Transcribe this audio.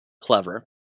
clever